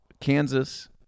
Kansas